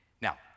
Now